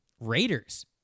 Raiders